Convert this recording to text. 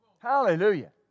Hallelujah